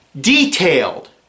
detailed